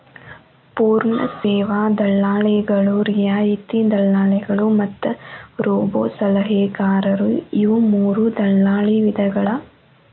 ಪೂರ್ಣ ಸೇವಾ ದಲ್ಲಾಳಿಗಳು, ರಿಯಾಯಿತಿ ದಲ್ಲಾಳಿಗಳು ಮತ್ತ ರೋಬೋಸಲಹೆಗಾರರು ಇವು ಮೂರೂ ದಲ್ಲಾಳಿ ವಿಧಗಳ